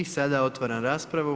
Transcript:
I sada otvaram raspravu.